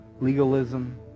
legalism